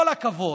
כל הכבוד,